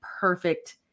perfect